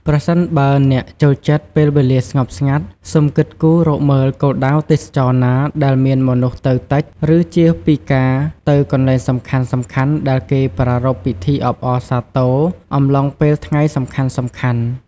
ប្រសិនបើអ្នកចូលចិត្តពេលវេលាស្ងប់ស្ងាត់ សូមគិតគូររកមើលគោលដៅទេសចរណ៍ណាដែលមានមនុស្សទៅតិច ឬចៀសពីការទៅកន្លែងសំខាន់ៗដែលគេប្រារព្ធពីធីអបអរសាទរអំឡុងពេលថ្ងៃសំខាន់ៗ។